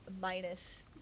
minus